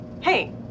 Hey